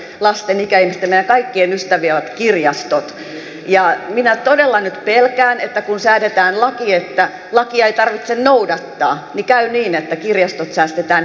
lasten ikäihmisten meidän kaikkien ystäviä ovat kirjastot ja minä todella nyt pelkään että kun säädetään laki että lakia ei tarvitse noudattaa niin käy niin että kirjastot säästetään hengiltä